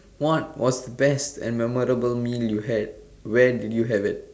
what was the best and memorable meal you had where did you have it